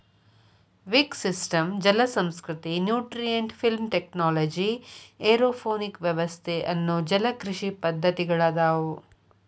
wick system ಜಲಸಂಸ್ಕೃತಿ, nutrient film technology, aeroponic ವ್ಯವಸ್ಥೆ ಅನ್ನೋ ಜಲಕೃಷಿ ಪದ್ದತಿಗಳದಾವು